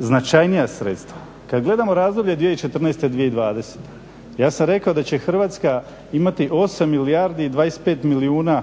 značajnija sredstva. Kada gledamo razdoblje 2014.-2020.ja sam rekao da će Hrvatska imati 8 milijardi i 25 milijuna